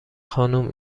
خانم